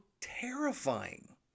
Terrifying